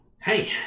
hey